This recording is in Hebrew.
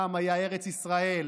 פעם הייתה ארץ ישראל,